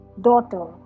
daughter